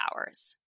hours